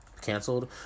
canceled